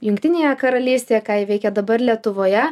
jungtinėje karalystėje ką ji veikia dabar lietuvoje